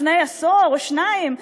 לפני עשור או שניים,